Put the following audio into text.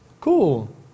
Cool